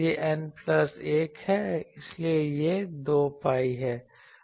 तो यह N plus 1 है इसलिए यह 2 pi है